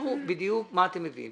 תסבירו בדיוק מה אתם מביאים.